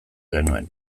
genuen